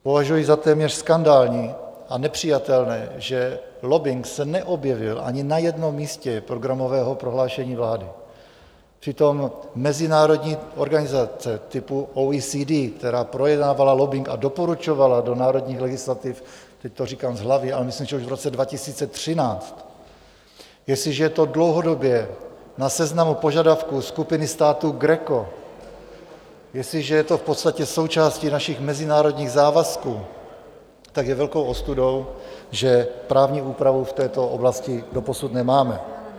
Považuji za téměř skandální a nepřijatelné, že lobbing se neobjevil ani na jednom místě programového prohlášení vlády, přitom mezinárodní organizace typu OECD, která projednávala lobbing a doporučovala ho do národních legislativ, teď to říkám z hlavy, ale myslím, že už v roce 2013, jestliže je to dlouhodobě na seznamu požadavků skupiny států GRECO, jestliže je to v podstatě součástí našich mezinárodních závazků, tak je velkou ostudou, že právní úpravu v této oblasti doposud nemáme.